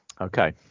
Okay